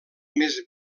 més